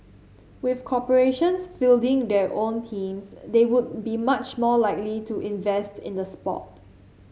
with corporations fielding their own teams they would be much more likely to invest in the sport